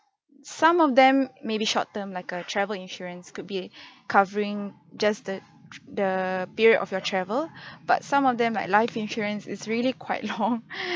some of them may be short term like a travel insurance could be covering just at the t~ the period of your travel but some of them like life insurance is really quite long